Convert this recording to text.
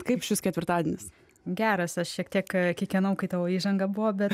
kaip šis ketvirtadienis geras aš šiek tiek kikenau kai tavo įžanga buvo bet